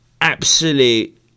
absolute